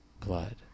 blood